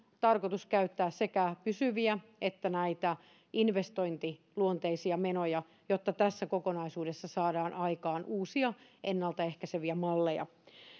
tarkoitus käyttää sekä pysyviä että näitä investointiluonteisia menoja jotta tässä kokonaisuudessa saadaan aikaan uusia ennalta ehkäiseviä malleja